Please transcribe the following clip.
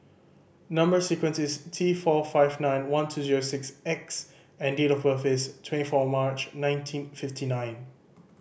number sequence is T four five nine one two zero six X and date of birth is twenty four March nineteen fifty nine